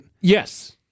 Yes